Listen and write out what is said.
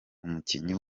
umukinnyi